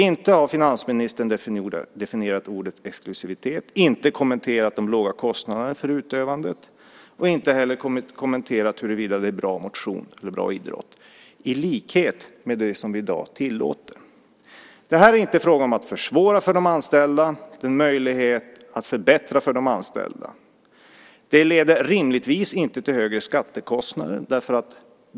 Inte heller har finansministern definierat ordet exklusivitet, kommenterat de låga kostnaderna för utövandet eller kommenterat huruvida golf är bra motion eller bra idrott i likhet med det som vi i dag tillåter. Det är inte fråga om att försvåra för de anställda. Det är en möjlighet att förbättra för de anställda. Det leder rimligtvis inte till högre skattekostnader.